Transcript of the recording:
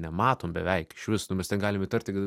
nematom beveik išvis nu mes ten galim įtarti kad